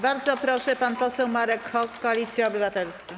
Bardzo proszę, pan poseł Marek Hok, Koalicja Obywatelska.